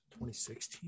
2016